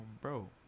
bro